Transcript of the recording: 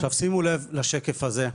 עכשיו, שימו לב לשקף הזה.